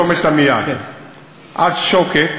מאזור עמיעד, מצומת עמיעד עד שוקת